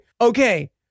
okay